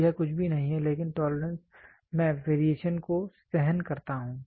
तो यह कुछ भी नहीं है लेकिन टोलरेंस मैं वेरिएशन को सहन करता हूं